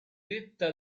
detta